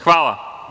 Hvala.